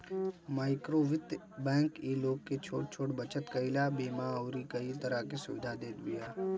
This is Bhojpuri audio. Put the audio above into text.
माइक्रोवित्त बैंक इ लोग के छोट छोट बचत कईला, बीमा अउरी कई तरह के सुविधा देत बिया